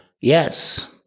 Yes